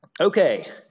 Okay